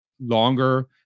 longer